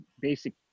basic